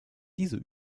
diese